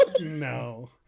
no